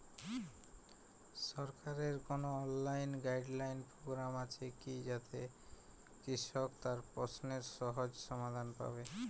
সরকারের কোনো online guidance programme আছে কি যাতে কৃষক তার প্রশ্নের সহজ সমাধান পাবে?